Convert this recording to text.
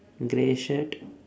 grey shirt